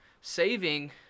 saving